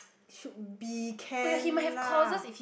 should be can lah